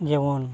ᱡᱮᱢᱚᱱ